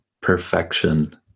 perfection